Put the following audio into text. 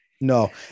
No